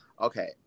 okay